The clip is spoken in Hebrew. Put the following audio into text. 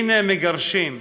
הינה, הם מגרשים.